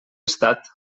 estat